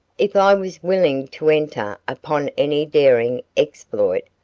if i was willing to enter upon any daring exploit,